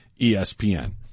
ESPN